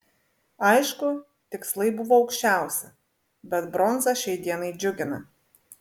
aišku tikslai buvo aukščiausi bet bronza šiai dienai džiugina